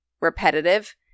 repetitive